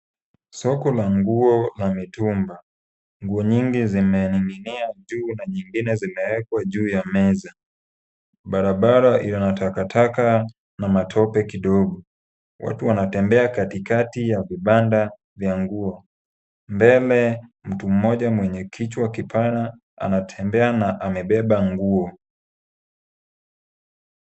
Soko la nguo la mitumba. Nguo nyingi zimening'inia juu na nyingine zimewekwa juu ya meza. Barabara ina takataka na matope kidogo. Watu wanatembea katikati ya vibanda vya nguo. Mbele mtu mmoja mwenye kichwa kipana anatembea na amebeba nguo.